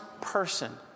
person